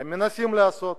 שהם מנסים לעשות,